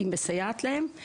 היא מסייעת להם".